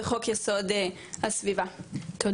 וחוק יסוד הסביבה, תודה.